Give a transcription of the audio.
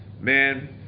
man